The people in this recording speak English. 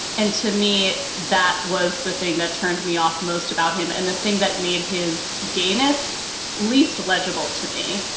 and to me, that was the thing that turned me off most about him. and the thing that made his gayness least legible to me.